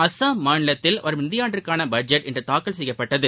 அஸ்ஸாம் மாநிலத்தில் வரும் நிதி ஆண்டிற்கான பட்ஜெட் இன்று தாக்கல் செய்யப்பட்டது